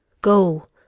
Go